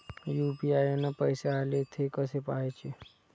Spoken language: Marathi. यू.पी.आय न पैसे आले, थे कसे पाहाचे?